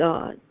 God